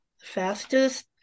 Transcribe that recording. fastest